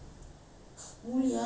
ah at bali